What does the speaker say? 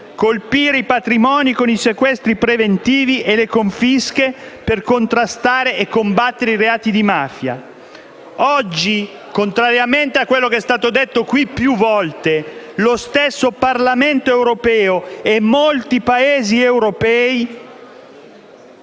colpire i patrimoni con i sequestri preventivi e le confische per contrastare e combattere i reati di mafia. Oggi, contrariamente a quello che è stato detto qui più volte, contrariamente a ciò che